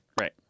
right